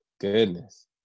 goodness